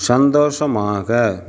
சந்தோஷமாக